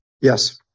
yes